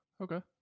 Okay